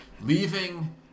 Leaving